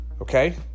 Okay